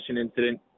incident